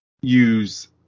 use